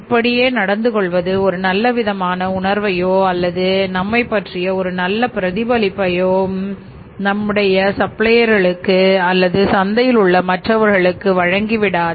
இப்படியே நடந்து கொள்வது ஒரு நல்ல விதமான உணர்வையோ அல்லது நம்மை பற்றிய ஒரு நல்ல பிரதிபலிப்பையோ நம்முடைய சப்ளையேர்க்கோ அல்லது சந்தையில் உள்ள மற்றவர்களுக்கும் வழங்கி விடாது